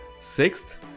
Sixth